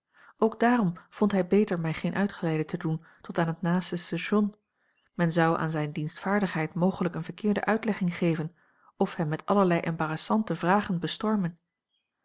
ook daarom vond hij beter mij geen uitgeleide te doen tot aan het naaste station men zou aan zijne dienstvaardigheid mogelijk eene verkeerde uitlegging geven of hem met allerlei embarrassante vragen bestormen